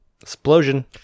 Explosion